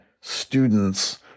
students